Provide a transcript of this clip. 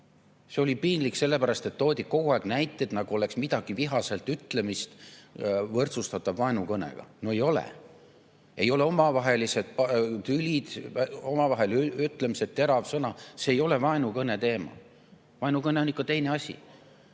See oli piinlik sellepärast, et toodi kogu aeg näiteid, nagu oleks millegi vihaselt ütlemine võrdsustatav vaenukõnega. No ei ole. Ei ole omavahelised tülid, omavahelised ütlemised, terav sõna – see ei ole vaenukõne teema, vaenukõne on ikka teine asi.